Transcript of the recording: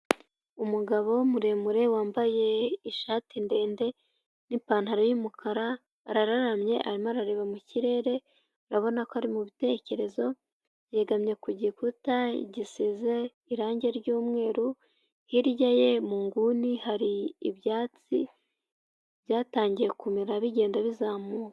Umugabo muremure wambaye ishati ndende n'ipantaro y'umukara, arararamye arimo arareba mu kirere urabona ko ari mubitekerezo, yegamye ku gikuta gisize irangi ry'umweru hirya ye mu nguni hari ibyatsi byatangiye kumera bigenda bizamuka.